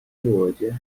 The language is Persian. مواجه